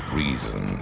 reason